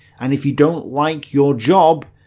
and if you don't like your job,